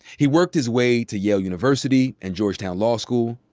he worked his way to yale university and georgetown law school.